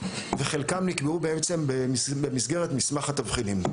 וחלקם נקבעו בעצם במסגרת מסמך התבחינים.